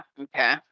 okay